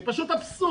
זה פשוט אבסורד,